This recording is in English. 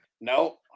No